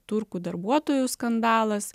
turkų darbuotojų skandalas